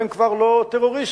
והם כבר לא טרוריסטים,